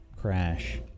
Crash